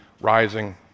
rising